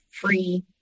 free